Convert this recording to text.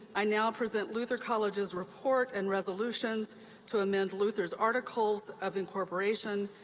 i now present luther college's report and resolutions to amend luther's articles of incorporation,